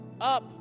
up